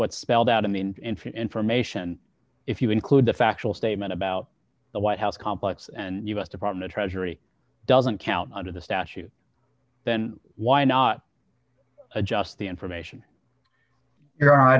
what's spelled out in the information if you include the factual statement about the white house complex and us department treasury doesn't count under the statute then why not adjust the information your hon